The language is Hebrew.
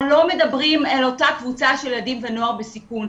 לא מדברים אל אותה קבוצה של ילדים ונוער בסיכון.